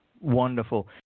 Wonderful